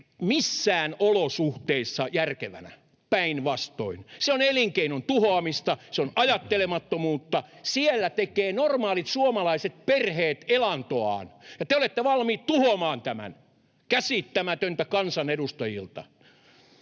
missään olosuhteissa järkevänä. Päinvastoin. Se on elinkeinon tuhoamista, se on ajattelemattomuutta. Siellä tekevät normaalit suomalaiset perheet elantoaan, ja te olette valmiit tuhoamaan tämän. Käsittämätöntä kansanedustajilta.